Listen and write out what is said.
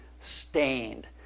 stained